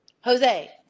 Jose